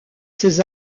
ses